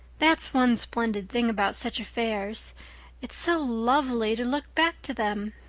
that's one splendid thing about such affairs it's so lovely to look back to them.